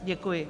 Děkuji.